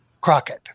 Crockett